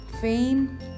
fame